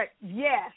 yes